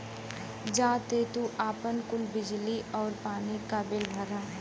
जा के तू आपन कुल बिजली आउर पानी क बिल भरा